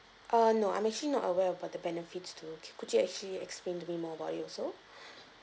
uh no I'm actually not aware about the benefits too could you actually explain to me more about it also